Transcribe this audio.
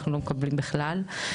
אנחנו לא מקבלים בכלל.